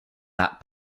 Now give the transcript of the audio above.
that